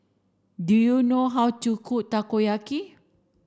do you know how to cook Takoyaki